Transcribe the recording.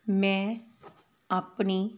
ਮੈਂ ਆਪਣੀ